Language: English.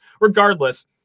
Regardless